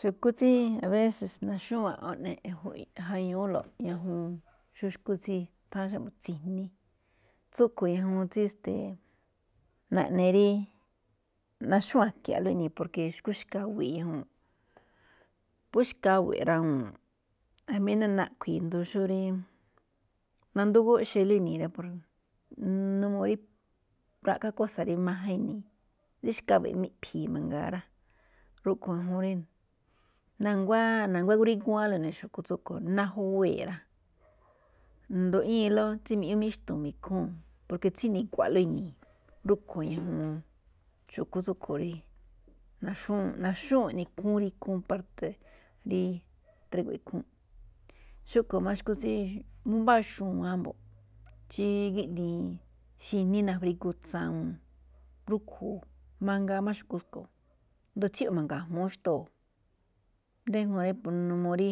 Xu̱kú tsí abése̱s naxúu̱nꞌ eꞌne ja̱ñúúlo̱ꞌ, ñajuun xó xu̱kú tsí nutháán xa̱bo̱ tsi̱jní, tsúꞌkhue̱n ñajuun tsí esteeꞌ, naꞌne rí naxúu̱nꞌ a̱kia̱nꞌlóꞌ iꞌnii̱, porke xu̱kú xkawi̱i̱ꞌ ñajuu̱n, phú xkawe̱ꞌ rawuu̱n jamí ná naꞌkhui̱i̱ asndo xó rí nandoo guꞌxe̱ꞌlóꞌ ini̱i̱, n uu rí ra̱ꞌkhá kósa̱ rí máján ini̱i̱, rí xkawe̱ꞌ máꞌ iꞌphii̱ mangaa rá. Rúꞌkhue̱n ñajuun rí na̱nguá, na̱nguá igruíguáánlóꞌ ene̱ xu̱kú tsúꞌkhue̱n, ná juwee̱ rá. nduꞌñíilóꞌ tsí mbiꞌñúúlóꞌ míxtu̱u̱n mi̱khúu̱n, porke tsíni̱gua̱ꞌlóꞌ ini̱i̱, rúꞌkhue̱n ñajuun, xu̱kú tsúꞌkhue̱n, naxúu̱nꞌ iꞌnii̱ rí ikhúúnꞌ parte rí drégo̱ꞌ ikhúúnꞌ. Xúꞌkhue̱n máꞌ xúkú tsí, mbáa xu̱wán mbo̱ꞌ tsí giꞌdiin xi̱ní nafrigu tsa̱wo̱o̱n rúꞌkhue̱n mangaa máꞌ xu̱kú tsúꞌkhue̱n, asndo tsíyo̱ꞌ ma̱nga̱jmúú xtóo̱. Déjuun n uu rí